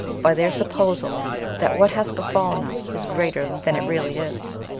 by their supposal that what hath befallen us is greater than it really is.